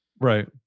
Right